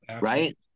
Right